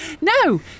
no